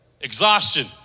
Exhaustion